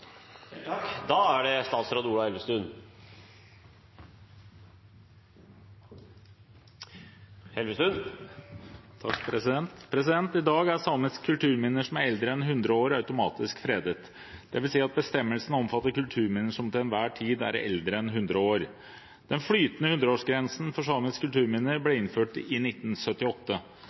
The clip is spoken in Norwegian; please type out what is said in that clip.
I dag er samiske kulturminner som er eldre enn 100 år, automatisk fredet, dvs. at bestemmelsene omfatter kulturminner som til enhver tid er eldre enn 100 år. Den flytende 100-årsgrensen for samiske kulturminner ble innført i 1978.